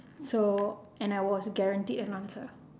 so and I was guaranteed an answer